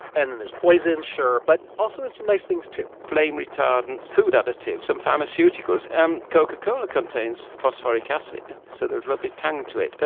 and then there's poison sure but also in some nice things, too flame retardants, food additives, some pharmaceuticals. um coca-cola contains phosphoric acid, so there's lovely tang to it.